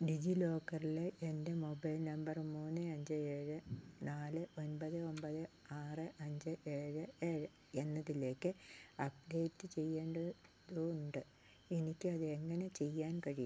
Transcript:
ഡിജിലോക്കറിലെ എൻ്റെ mobile number മൂന്ന് അഞ്ച് ഏഴ് നാല് ഒൻപത് ഒമ്പത് ആറ് അഞ്ച് ഏഴ് ഏഴ് എന്നതിലേക്ക് അപ്ഡേറ്റ് ചെയ്യേണ്ടതുണ്ട് എനിക്ക് അത് എങ്ങനെ ചെയ്യാൻ കഴിയും